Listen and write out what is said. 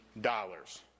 dollars